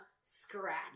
scratch